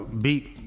beat –